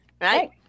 Right